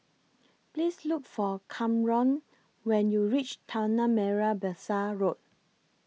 Please Look For Kamron when YOU REACH Tanah Merah Besar Road